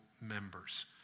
members